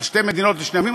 על שתי מדינות לשני עמים.